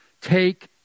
take